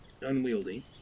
unwieldy